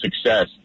success